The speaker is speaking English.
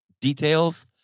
details